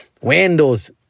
Windows